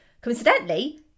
Coincidentally